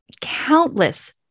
countless